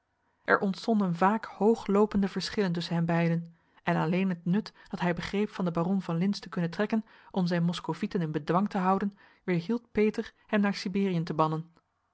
er ontstonden vaak hoogloopende verschillen tusschen hen beiden en alleen het nut dat hij begreep van den baron van lintz te kunnen trekken om zijn moskoviten in bedwang te houden weerhield peter hem naar siberiën te bannen